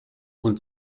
und